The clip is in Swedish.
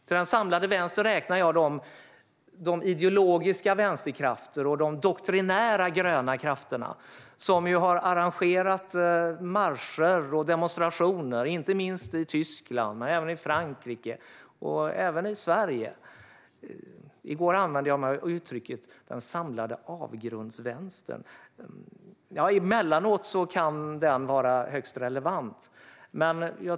Till den samlade vänstern räknar jag de ideologiska vänsterkrafterna och de doktrinära gröna krafterna, som har arrangerat marscher och demonstrationer, inte minst i Tyskland men även i Frankrike och Sverige. I går använde jag mig av uttrycket "den samlade avgrundsvänstern", och det kan emellanåt vara högst relevant.